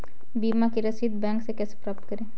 बीमा की रसीद बैंक से कैसे प्राप्त करें?